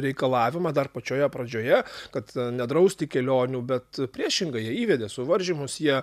reikalavimą dar pačioje pradžioje kad nedrausti kelionių bet priešingai jie įvedė suvaržymus jie